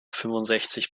fünfundsechzig